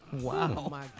Wow